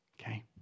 okay